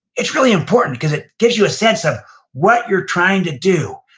it's really important cause it gives you a sense of what you're trying to do.